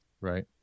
right